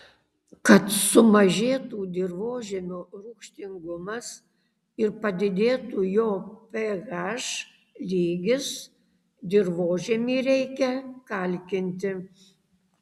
kad sumažėtų dirvožemio rūgštingumas ir padidėtų jo ph lygis dirvožemį reikia kalkinti